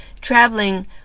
traveling